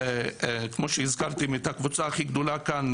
כמו שהזכרתי, אם הייתה קבוצה הכי גדולה כאן,